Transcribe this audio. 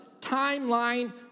timeline